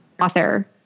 author